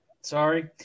Sorry